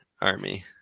army